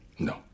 No